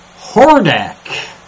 Hordak